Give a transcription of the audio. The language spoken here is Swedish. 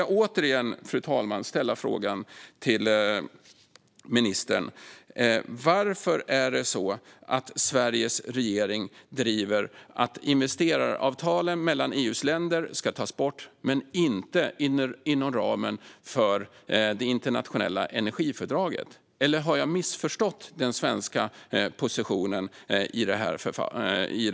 Jag vill återigen ställa frågan till ministern: Varför driver Sveriges regering att investeraravtalen mellan EU:s länder ska tas bort, men inte avtalen inom ramen för det internationella energifördraget? Eller har jag missförstått den svenska positionen i det här fallet?